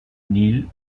nil